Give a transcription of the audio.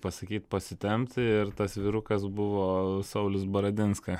pasakyt pasitempt ir tas vyrukas buvo saulius baradinskas